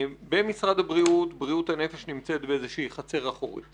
במשרד הבריאות בריאות הנפש נמצאת באיזושהי חצר אחורית